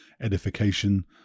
edification